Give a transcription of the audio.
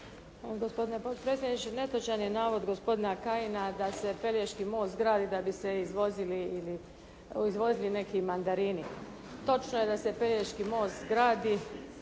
Gospodine potpredsjedniče netočan je navod gospodina Kajina da se Pelješki most gradi da bi se izvozili ili izvozili neki mandarini. Točno je da se Pelješki most gradi